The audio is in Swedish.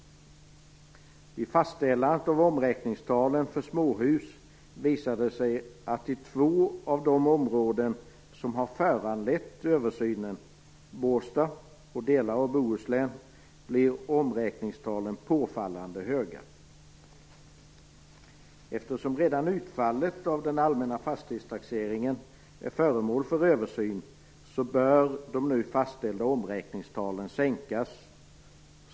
Vid fastställandet av omräkningstalen för småhus visade det sig att de i två av de områden som har föranlett översyn - Båstad och delar av Bohuslän - blir påfallande höga. Eftersom utfallet av den allmänna fastighetstaxeringen redan är föremål för översyn, bör de nu fastställda omräkningstalen sänkas.